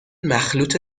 مخلوط